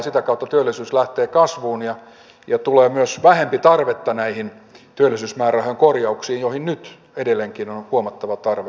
sitä kautta työllisyys lähtee kasvuun ja tulee myös vähempi tarvetta näihin työllisyysmäärärahojen korjauksiin joihin nyt edelleenkin on huomattava tarve olemassa